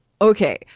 okay